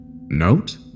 Note